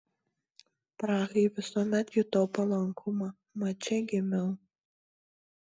prahai visuomet jutau palankumą mat čia gimiau